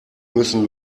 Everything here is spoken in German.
müssen